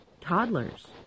toddlers